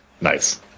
nice